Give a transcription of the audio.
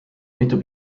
mitu